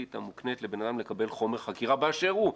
המוקנית לבן אדם לקבל חומר חקירה באשר הוא,